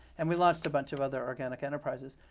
and we launched a bunch of other organic enterprises.